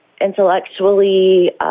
intellectually